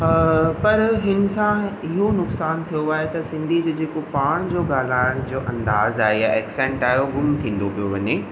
पर हिन सां इहो नुक़सानु थियो आहे त सिंधी जे जेको पाण जो ॻाल्हाइण जो अंदाज़ु आहे ऐक्सैंट आहे उहो ग़ुम थींदो पियो वञे